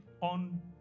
on